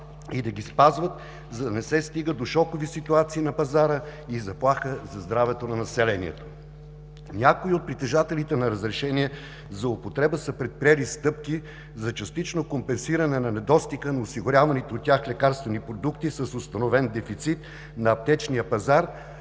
и да ги спазват, за да не се стига до шокови ситуации на пазара и заплаха за здравето на населението. Някои от притежателите на разрешения за употреба са предприели стъпки за частично компенсиране на недостига на осигуряваните от тях лекарствени продукти с установен дефицит на аптечния пазар